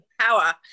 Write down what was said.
power